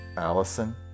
Allison